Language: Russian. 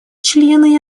члены